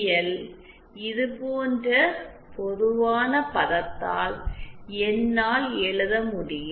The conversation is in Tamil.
எல் ஐ இது போன்ற பொதுவான பதத்தால் என்னால் எழுத முடியும்